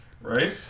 Right